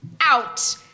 out